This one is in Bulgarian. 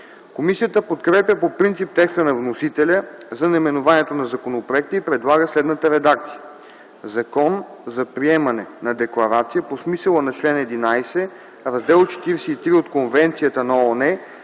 Комисията подкрепя по принцип текста на вносителя за наименованието на законопроекта и предлага следната редакция: „Закон за приемане на декларация по смисъла на чл. ХІ, Раздел 43 от Конвенцията на ООН